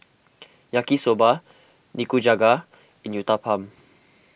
Yaki Soba Nikujaga and Uthapam